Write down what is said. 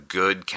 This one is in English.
good